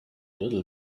little